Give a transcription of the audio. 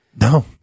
No